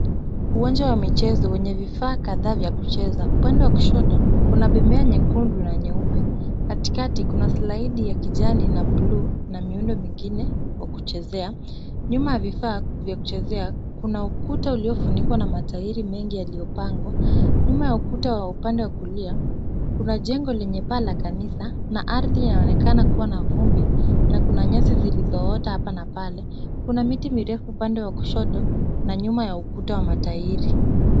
Uwanja wa michezo wenye vifaa kadhaa vya kucheza. Upande wa kushoto kuna bembea nyekundu na nyeupe. Katikati kuna slaidi ya kijani na buluu na miundo mingine wa kuchezea. Nyuma ya vifaa vya kuchezea, kuna ukuta uliofunikwa na matairi mengi yaliyopangwa. Nyuma ya ukuta wa upande wa kulia, kuna jengo lenye paa ya kanisa na ardhi inaonekana kuwa na vumbi na kuna nyasi zilizoota hapa na pale. Kuna miti mirefu upande wa kushoto na nyuma ya ukuta wa matairi.